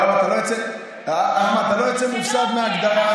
אחמד, אתה לא יוצא מופסד מההגדרה.